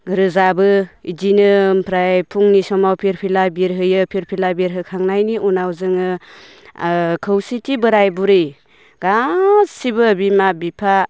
रोजाबो इदिनो ओमफ्राय फुंनि समाव फिरफिला बिरहोयो फिरफिला बिरहोखांनायनि उनाव जोङो ओ खौसेथि बोराइ बुरि गासिबो बिमा बिफा